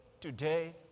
today